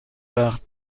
وقت